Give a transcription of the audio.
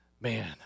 man